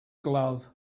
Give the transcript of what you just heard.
glove